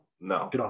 no